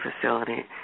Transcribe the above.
facility